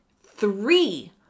three